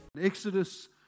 Exodus